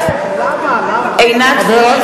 בעד למה, למה?